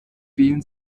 wählen